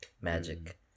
Magic